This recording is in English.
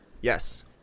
Yes